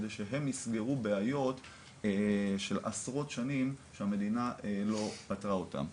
כדי שהם יסגרו בעיות של עשרות שנים שהמדינה לא פתרה אותם,